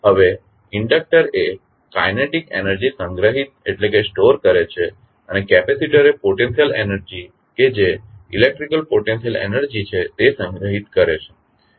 હવે ઇન્ડકટર એ kinetic energy સંગ્રહીત કરે છે અને કેપેસિટર એ પોટેન્શિયલ એનર્જી કે જે ઇલેક્ટ્રીકલ પોટેન્શિયલ એનર્જી છે તે સંગ્રહીત કરે છે